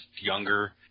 younger